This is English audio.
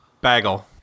Bagel